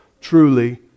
truly